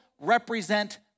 represent